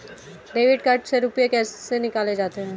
Debit card से रुपये कैसे निकाले जाते हैं?